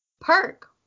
Perk